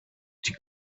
die